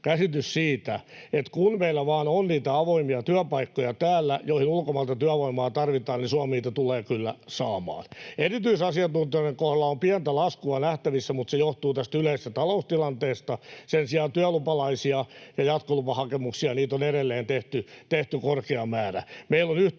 käsitys siitä, että kun meillä täällä vain on niitä avoimia työpaikkoja, joihin ulkomailta työvoimaa tarvitaan, niin Suomi niitä tulee kyllä saamaan. Erityisasiantuntijoiden kohdalla on pientä laskua nähtävissä, mutta se johtuu tästä yleisestä taloustilanteesta. Sen sijaan työlupalaisia ja jatkolupahakemuksia on edelleen tehty korkea määrä. Meillä on yhteistyö